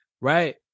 right